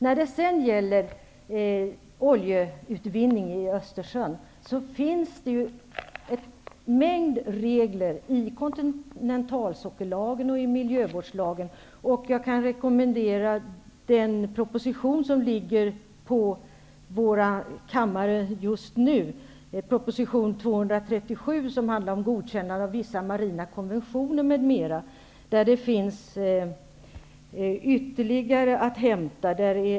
När det sedan gäller oljeutvinning i Östersjön finns det en mängd regler i kontinentalsockellagen och miljövårdslagen. Jag kan rekommendera den proposition som ligger på våra kammare just nu, proposition 237, och som handlar om godkännande av vissa marina konventioner m.m. Där finns ytterligare att hämta.